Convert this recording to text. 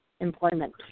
employment